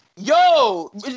Yo